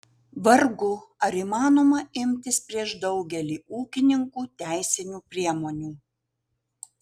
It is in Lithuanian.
vargu ar įmanoma imtis prieš daugelį ūkininkų teisinių priemonių